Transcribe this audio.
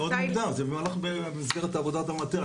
זה עוד מוקדם, זה במסגרת עבודת המטה.